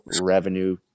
revenue